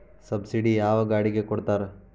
Subsidy ಯಾವ ಗಾಡಿಗೆ ಕೊಡ್ತಾರ?